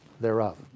thereof